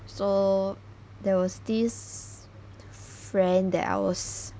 so there was this friend that I was